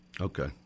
Okay